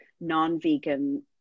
non-vegan